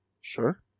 Sure